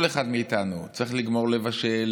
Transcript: כל אחד מאיתנו צריך לגמור לבשל,